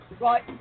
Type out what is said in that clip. right